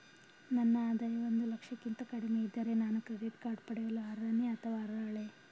ನನ್ನ ಆದಾಯ ಒಂದು ಲಕ್ಷಕ್ಕಿಂತ ಕಡಿಮೆ ಇದ್ದರೆ ನಾನು ಕ್ರೆಡಿಟ್ ಕಾರ್ಡ್ ಪಡೆಯಲು ಅರ್ಹನೇ ಅಥವಾ ಅರ್ಹಳೆ?